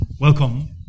Welcome